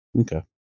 Okay